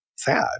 sad